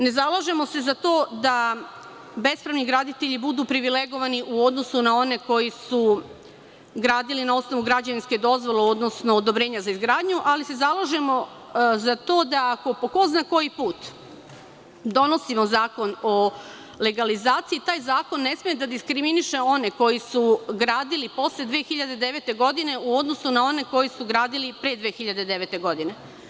Ne zalažemo se za to da bespravni graditelji budu privilegovani u odnosu na one koji su gradili na osnovu građevinske dozvole, odnosno odobrenja za izgradnju, ali se zalažemo za to da ako, po ko zna koji put, donosimo Zakon o legalizaciji, taj zakon ne sme da diskriminiše one koji su gradili posle 2009. godine u odnosu na one koji su gradili pre 2009. godine.